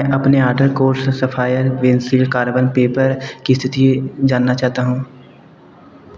मैं अपने order course sapphire pencil carbon paper की स्थिति जानना चाहता हूँ